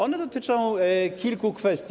One dotyczą kilku kwestii.